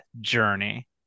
journey